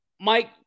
Mike